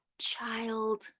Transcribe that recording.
child